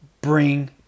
bring